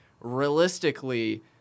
realistically